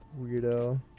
Weirdo